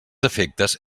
efectes